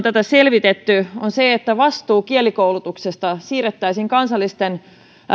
tätä selvitetty on se että vastuu kielikoulutuksesta siirrettäisiin kansallisten